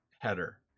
header